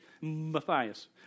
Matthias